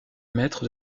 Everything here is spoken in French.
maître